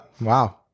wow